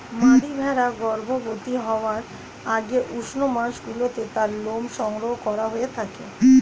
মাদী ভেড়া গর্ভবতী হওয়ার আগে উষ্ণ মাসগুলিতে তার লোম সংগ্রহ করা হয়ে থাকে